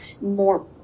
more